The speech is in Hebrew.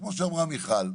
כמו שאמרה מיכל,